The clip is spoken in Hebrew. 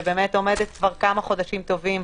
שבאמת עומדת כבר כמה חודשים טובים,